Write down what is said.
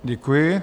Děkuji.